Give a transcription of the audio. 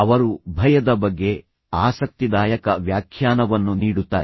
ಅವರು ಭಯದ ಬಗ್ಗೆ ಆಸಕ್ತಿದಾಯಕ ವ್ಯಾಖ್ಯಾನವನ್ನು ನೀಡುತ್ತಾರೆ